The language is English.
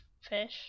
fish